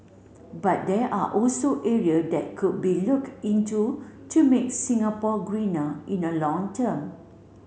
but there are also area that could be look into to make Singapore greener in the long term